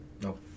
No